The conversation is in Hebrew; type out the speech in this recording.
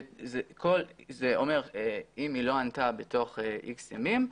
אם היא לא ענתה בתוך איקס ימים,